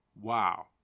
Wow